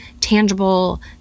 tangible